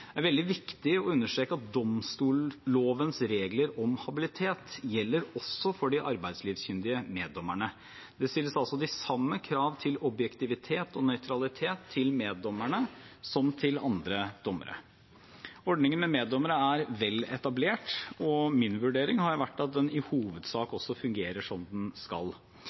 er veldig viktig å understreke at domstollovens regler om habilitet også gjelder for de arbeidslivskyndige meddommerne. Det stilles altså de samme krav til objektivitet og nøytralitet til meddommerne som til andre dommere. Ordningen med meddommere er vel etablert, og min vurdering har vært at den i hovedsak også fungerer som den skal.